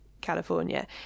california